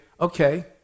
Okay